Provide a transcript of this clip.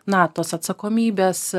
na tos atsakomybės